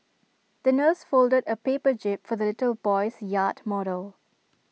the nurse folded A paper jib for the little boy's yacht model